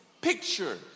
picture